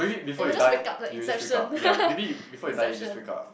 I will just wake up like Inception Inception